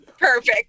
Perfect